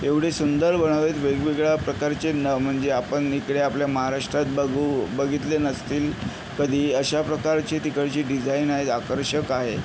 एवढे सुंदर बनवले आहेत वेगवेगळ्या प्रकारचे न म्हणजे आपण इकडे आपल्या महाराष्ट्रात बघू बघितले नसतील कधी अशा प्रकारचे तिकडची डिझाईन आहे आकर्षक आहे